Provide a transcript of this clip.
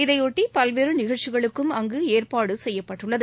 இதையொட்டி பல்வேறுநிகழ்ச்சிகளுக்கும் அங்குஏற்பாடுசெய்யப்பட்டுள்ளது